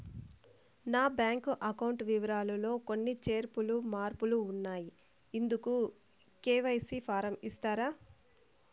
నా bank account వివరాలు లో కొన్ని చేర్పులు మార్పులు ఉన్నాయి, ఇందుకు కె.వై.సి ఫారం ఇస్తారా?